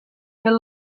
fent